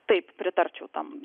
taip pritarčiau tam